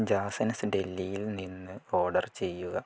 ജാസനസിൻ്റെ ഡൽഹിയിൽ നിന്ന് ഓർഡർ ചെയ്യുക